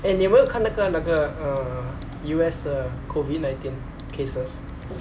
eh 你有没有看那个那个 uh U_S 的 COVID nineteen cases